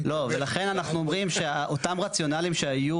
ולכן, אנחנו אומרים שאותם רציונליים שהיו